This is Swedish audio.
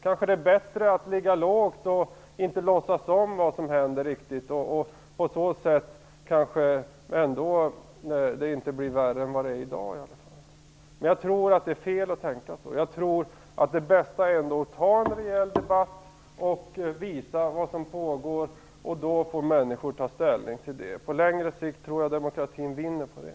Kanske det är bättre att ligga lågt och inte riktigt låtsas om vad som händer om det inte blir värre än vad det är i dag. Men jag tror att det är fel att tänka så. Det bästa är ändå att ta en rejäl debatt, visa vad som pågår och låta människor ta ställning till det. Jag tror att demokratin på längre sikt vinner på det.